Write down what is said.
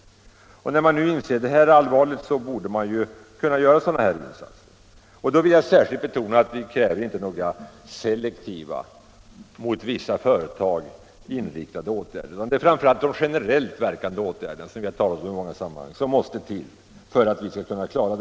När man inser det allvarliga i detta borde man väl kunna göra sådana insatser. Då vill jag särskilt betona att det inte krävs några selektiva, mot vissa företag inriktade åtgärder, utan att det framför allt är de generellt verkande åtgärder som vi har talat om som måste sättas in.